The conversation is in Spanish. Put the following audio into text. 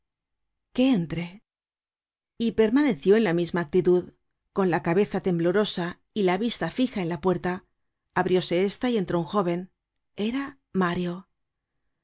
que entre y permaneció en la misma actitud con la cabeza temblorosa y la vista fija en la puerta abrióse ésta y entró un jóven era mario